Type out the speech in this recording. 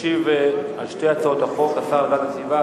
ישיב על שתי הצעות החוק השר להגנת הסביבה,